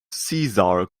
cesare